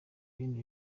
bindi